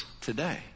today